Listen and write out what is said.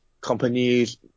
companies